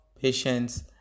patience